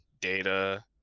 data